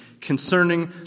concerning